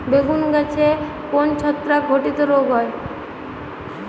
বেগুন গাছে কোন ছত্রাক ঘটিত রোগ হয়?